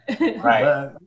Right